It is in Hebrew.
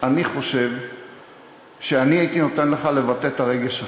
אני חושב שאני הייתי נותן לך לבטא את הרגש שלך,